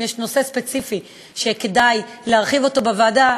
אם יש נושא ספציפי שכדאי להרחיב אותו בוועדה,